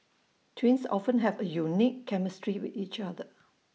twins often have A unique chemistry with each other